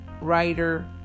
writer